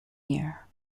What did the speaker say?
year